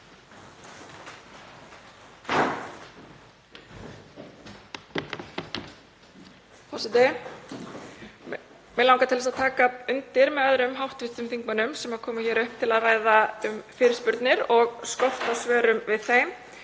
Mig langar að taka undir með öðrum hv. þingmönnum sem koma hér upp til að ræða um fyrirspurnir og skort á svörum við þeim.